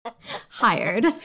Hired